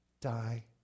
die